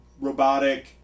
robotic